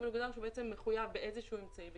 אבל הוגדר שהוא מחויב באיזשהו אמצעי בטיחות.